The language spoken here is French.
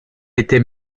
était